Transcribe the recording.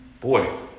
Boy